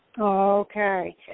Okay